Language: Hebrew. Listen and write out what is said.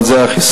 נגד זה החיסון.